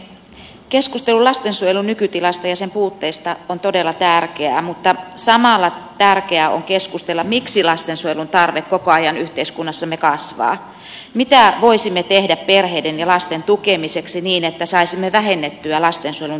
keskustelu lastensuojelun nykytilasta ja sen puutteista on todella tärkeää mutta samalla tärkeää on keskustella miksi lastensuojelun tarve koko ajan yhteiskunnassamme kasvaa mitä voisimme tehdä perheiden ja lasten tukemiseksi niin että saisimme vähennettyä lastensuojelun tarvetta